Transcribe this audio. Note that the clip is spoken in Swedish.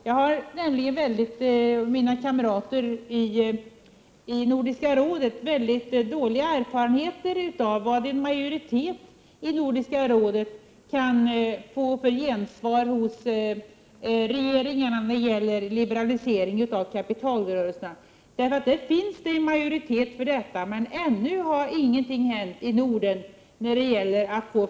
Jag och mina kamrater i Nordiska rådet har mycket dåliga erfarenheter av regeringarnas gensvar på liberaliseringar i kapitalrörelserna som en majoritet i Nordiska rådet har uttalat sig för. Det finns en majoritet för att få till stånd fria kapitalrörelser, men ännu har ingenting hänt i Norden på detta område.